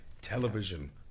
Television